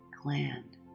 gland